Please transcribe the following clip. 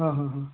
हा हां हां